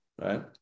right